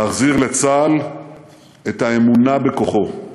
להחזיר לצה"ל את האמונה בכוחו.